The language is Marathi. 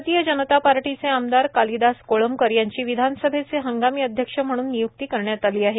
भारतीच जनता पार्टीचे आमदार कालिदास कोळंबकर यांची विधानसभेचे हंगामी अध्यक्ष म्हणून नियुक्ती करण्यात आली आहे